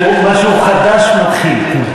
משהו חדש מתחיל.